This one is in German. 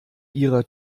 ihrer